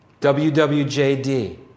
WWJD